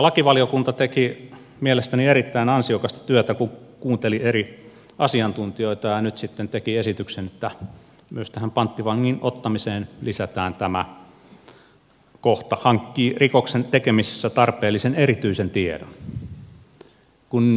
lakivaliokunta teki mielestäni erittäin ansiokasta työtä kun kuunteli eri asiantuntijoita ja nyt sitten teki esityksen että myös tähän panttivangin ottamiseen lisätään tämä kohta hankkii rikoksen tekemisessä tarpeellisen erityisen tiedon